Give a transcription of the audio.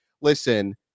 listen